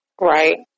Right